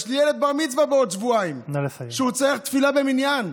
יש לי ילד בר-מצווה בעוד שבועיים שהוא צריך תפילה במניין.